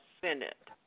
Senate